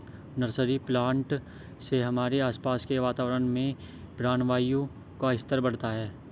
nursery plant से हमारे आसपास के वातावरण में प्राणवायु का स्तर बढ़ता है